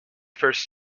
first